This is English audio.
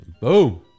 Boom